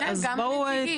כן גם הנציגים.